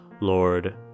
lord